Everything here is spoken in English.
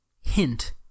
hint